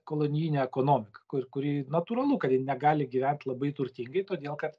kolonijinė ekonomika kur kuri natūralu kad ji negali gyvent labai turtingai todėl kad